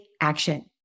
action